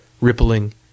rippling